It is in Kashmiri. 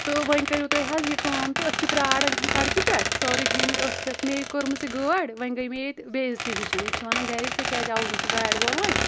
تہٕ وۄنۍ کٔرِو تُہۍ حظ یہِ کٲم تہٕ أسۍ چھِ پرٛران سڑکہِ پٮ۪ٹھ سٲرٕے فیملی أتھۍ ٲس میٚیہِ کٕرمٕژ یہِ گٲڑۍ وۄنۍ گٔے مے ییٚتہِ بےعزتی ہِش ییٚتہِ چھِ وَنان گَرِکۍ ژےٚ کیاز آوُے نہٕ سُہ گاڑِ وول وۄنۍ